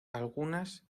algunas